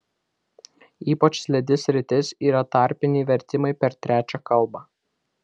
ypač slidi sritis yra tarpiniai vertimai per trečią kalbą